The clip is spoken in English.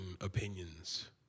opinions